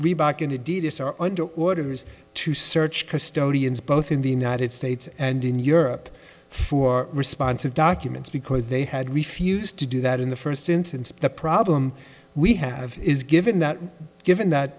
reebok and indeed us are under orders to search custodians both in the united states and in europe for responsive documents because they had refused to do that in the first instance the problem we have is given that given that